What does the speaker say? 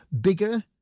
Bigger